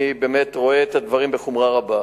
אני באמת רואה את הדברים בחומרה רבה,